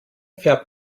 fährt